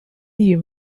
you